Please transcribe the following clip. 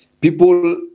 People